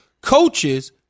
coaches